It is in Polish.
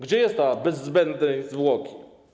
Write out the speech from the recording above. Gdzie jest to: bez zbędnej zwłoki?